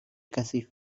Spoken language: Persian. کثیف